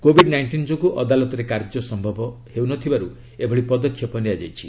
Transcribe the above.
Covid nineteen ଯୋଗୁଁ ଅଦାଲତରେ କାର୍ଯ୍ୟ ସମ୍ଭବ ହେଉନଥିବାରୁ ଏଭଳି ପଦକ୍ଷେପ ନିଆଯାଇଛି